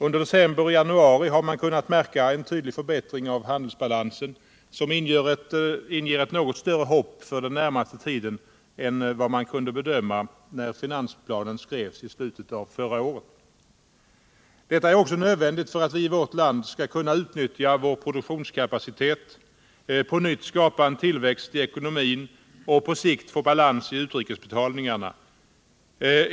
Under december och januari har man kunnat märka en tydlig förbättring av handelsbalansen som inger ett något större hopp för den närmaste tiden än vad man kunde bedöma då finansplanen skrevs i slutet på förra året. Detta är också nödvändigt för att vi i vårt land skall kunna utnyttja vår produktionskapacitet, på nytt skapa en tillväxt i ekonomin och på sikt få balans i utrikesbetalningarna.